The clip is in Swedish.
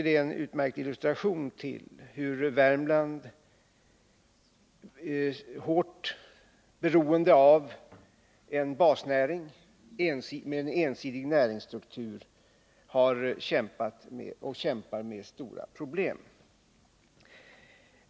Det han sade visar hur Värmland, hårt beroende av en basnäring och med en ensidig näringsstruktur, har kämpat och kämpar med stora problem.